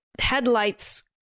headlights